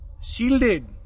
Shielded